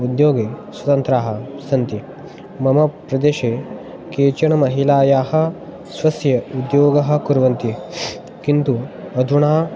उद्योगे स्वतन्त्राः सन्ति मम प्रदेशे केचन महिलायाः स्वस्य उद्योगः कुर्वन्ति किन्तु अधुना